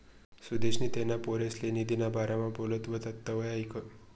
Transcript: सुदेशनी त्याना पोरसले निधीना बारामा बोलत व्हतात तवंय ऐकं